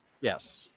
Yes